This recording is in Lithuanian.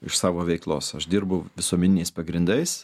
iš savo veiklos aš dirbu visuomeniniais pagrindais